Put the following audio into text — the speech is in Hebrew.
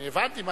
אני הבנתי.